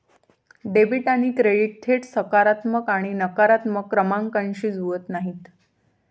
debit आणि credit थेट सकारात्मक आणि नकारात्मक क्रमांकांशी जुळत नाहीत